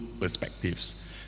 perspectives